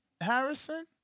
Harrison